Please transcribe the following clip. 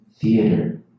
theater